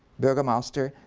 burgomaster,